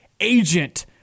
agent